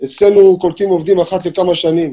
אצלנו קולטים עובדים אחת לכמה שנים.